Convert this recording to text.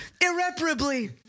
irreparably